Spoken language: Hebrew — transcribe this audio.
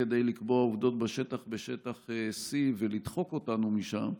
כדי לקבוע עובדות בשטח C ולדחוק אותנו משם.